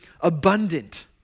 abundant